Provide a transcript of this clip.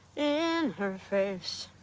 in her face